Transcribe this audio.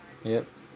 yup